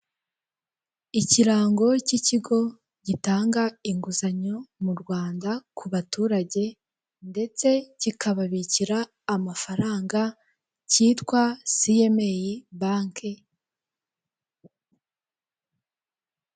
Ikirango cy’ ikigo gitanga inguzanyo mu Rwanda ku baturage ndetse kika babikira amafaranga cyitwa CMA bank.